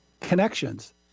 connections